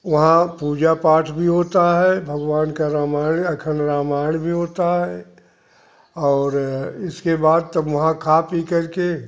वहाँ पूजा पाठ भी होता है भगवान का रामायण अखंड रामायण भी होता है और इसके बाद तब वहाँ खा पी करके